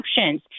options